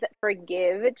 forgive